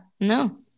no